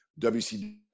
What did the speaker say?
WCW